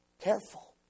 Careful